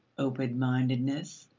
open-mindedness,